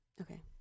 Okay